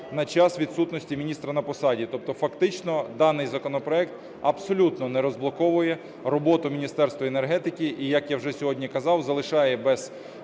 на час відсутності міністра на посаді. Тобто фактично даний законопроект абсолютно не розблоковує роботу Міністерства енергетики і, як я вже сьогодні казав, залишає без